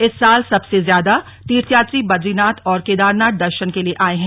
इस साल सबसे ज्यादा तीर्थयात्री बदरीनाथ और केदारनाथ द नन के लिए आए हैं